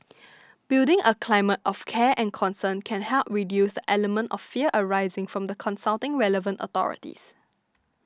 building a climate of care and concern can help reduce the element of fear arising from the consulting relevant authorities